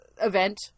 event